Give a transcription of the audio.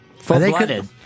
Full-blooded